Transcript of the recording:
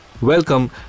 Welcome